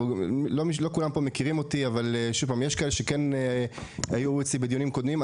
לא כולם פה מכירים אותי אבל יש כאלה שכן היו אצלי בדיונים קודמים.